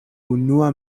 unua